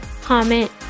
comment